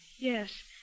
Yes